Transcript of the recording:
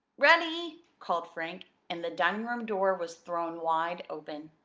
ready! called frank, and the dining-room door was thrown wide open.